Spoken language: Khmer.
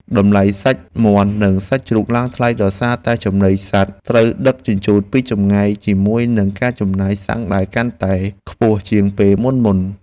តម្លៃសាច់មាន់និងសាច់ជ្រូកឡើងថ្លៃដោយសារតែចំណីសត្វត្រូវដឹកជញ្ជូនពីចម្ងាយជាមួយនឹងការចំណាយសាំងដែលកាន់តែខ្ពស់ជាងពេលមុនៗ។